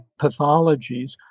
pathologies